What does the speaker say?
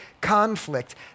conflict